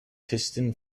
piston